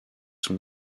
son